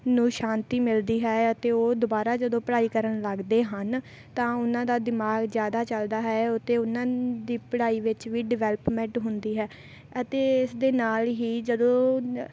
ਨੂੰ ਸ਼ਾਂਤੀ ਮਿਲਦੀ ਹੈ ਅਤੇ ਉਹ ਦੁਬਾਰਾ ਜਦੋਂ ਪੜ੍ਹਾਈ ਕਰਨ ਲੱਗਦੇ ਹਨ ਤਾਂ ਉਹਨਾਂ ਦਾ ਦਿਮਾਗ ਜ਼ਿਆਦਾ ਚੱਲਦਾ ਹੈ ਅਤੇ ਉਹਨਾਂ ਦੀ ਪੜ੍ਹਾਈ ਵਿੱਚ ਵੀ ਡਿਵੈਲਪਮੈਂਟ ਹੁੰਦੀ ਹੈ ਅਤੇ ਇਸ ਦੇ ਨਾਲ ਹੀ ਜਦੋਂ